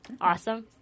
Awesome